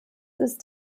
ist